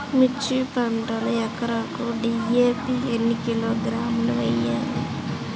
మిర్చి పంటకు ఎకరాకు డీ.ఏ.పీ ఎన్ని కిలోగ్రాములు వేయాలి?